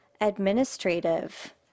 administrative